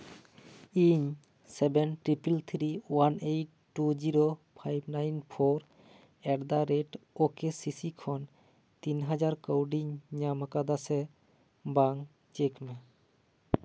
ᱤᱧ seven triple three one eight two zero five nine four ᱮᱴᱫᱟ rate okay CC ᱠᱷᱚᱱ ᱛᱤᱱ ᱦᱟᱡᱟᱨ ᱠᱟᱹᱣᱰᱤᱧ ᱧᱟᱢ ᱠᱟᱫᱟ ᱥᱮ ᱵᱟᱝ ᱪᱮᱠ ᱢᱮ